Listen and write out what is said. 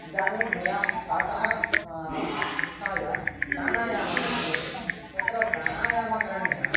इदानीं मया प्रातः उत्थाय प्राणायामः क्रियते तत्र प्राणायामकरणेन